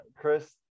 Chris